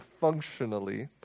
functionally